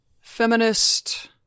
feminist